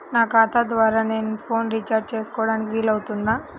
నా ఖాతా ద్వారా నేను ఫోన్ రీఛార్జ్ చేసుకోవడానికి వీలు అవుతుందా?